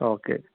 okay